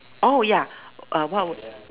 oh ya uh what would